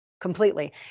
completely